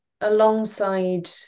alongside